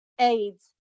Aids